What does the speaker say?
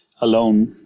alone